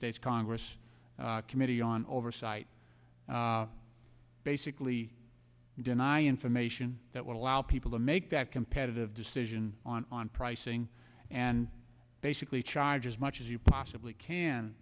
states congress committee on oversight basically deny information that would allow people to make that competitive decision on pricing and basically charges much as you possibly can